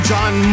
John